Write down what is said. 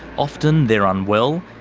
often they're unwell,